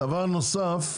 דבר נוסף,